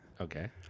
Okay